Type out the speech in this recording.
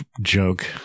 joke